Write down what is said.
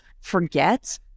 forget